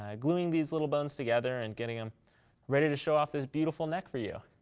um gluing these little bones together, and getting them ready to show off this beautiful neck for you.